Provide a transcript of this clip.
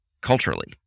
culturally